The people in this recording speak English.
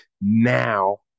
now